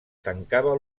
tancava